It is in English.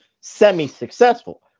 semi-successful